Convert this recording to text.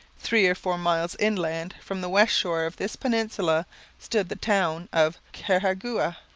three or four miles inland from the west shore of this peninsula stood the town of carhagouha,